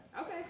Okay